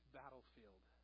battlefield